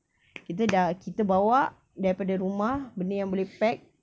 kita dah kita bawa daripada rumah benda yang boleh pack